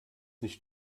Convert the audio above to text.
nicht